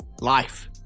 life